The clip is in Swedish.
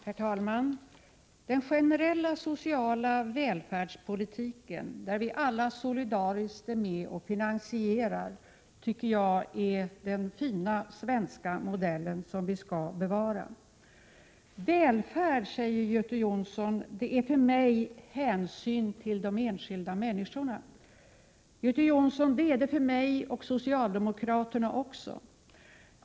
Herr talman! Den generella sociala välfärdspolitiken, som vi alla solidariskt är med och finansierar, tycker jag är den fina svenska modell som vi skall bevara. Välfärd, säger Göte Jonsson, är för mig hänsyn till de enskilda människorna. Ja, Göte Jonsson, så är det för mig och socialdemokraterna också.